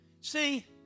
See